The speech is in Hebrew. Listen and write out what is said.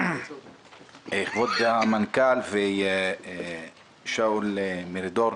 כבוד המנכ"ל, שאול מרידור,